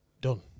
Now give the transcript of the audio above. Done